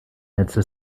netze